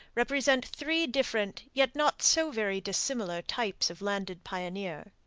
represent three different, yet not so very dissimilar types of landed pioneer.